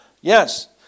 Yes